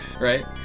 Right